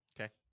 Okay